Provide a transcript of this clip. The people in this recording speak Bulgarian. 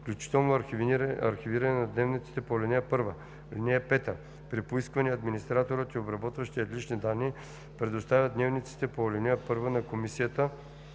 включително архивиране на дневниците по ал. 1. (5) При поискване администраторът и обработващият лични данни предоставят дневниците по ал. 1 на комисията,